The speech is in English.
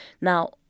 Now